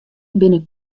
binne